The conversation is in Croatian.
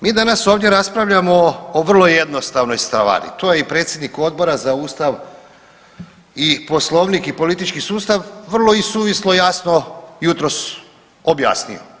Mi danas ovdje raspravljamo o vrlo jednostavnoj stvari, to je i predsjednik Odbora za Ustav i Poslovnik i politički sustav vrlo suvislo jasno jutros objasnio.